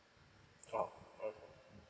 oh okay